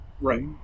Right